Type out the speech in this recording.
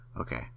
Okay